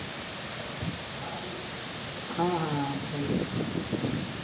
हाँ हाँ हाँ दिखाइए